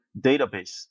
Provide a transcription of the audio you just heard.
database